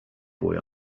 boy